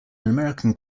american